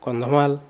Kandhamal